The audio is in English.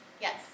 Yes